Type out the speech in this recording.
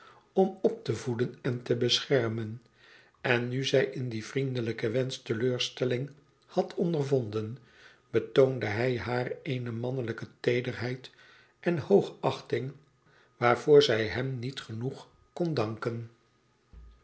om op te voeden en te beschermen en nu zij in dien vriendelijken wensch teleurstelling had ondervonden betoonde hij haar eene mannelijke teederheid en hoogachting waarvoor zij hem niet genoeg kon danken